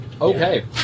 Okay